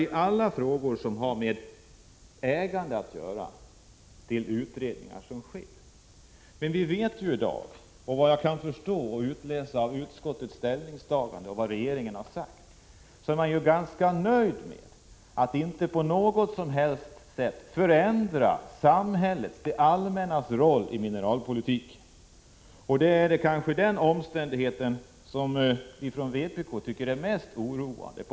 I alla frågor som har med ägande att göra hänvisar man till pågående utredningar. Av vad jag kan utläsa ur utskottets ställningstagande och ur vad man säger från regeringen tycks alla vara ganska nöjda med att det allmännas roll i mineralpolitiken inte på något sätt som helst förändras. Vi ifrån vpk ser detta som mycket oroande.